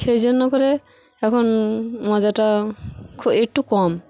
সেই জন্য করে এখন মজাটা একটু কম